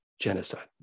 genocide